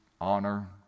honor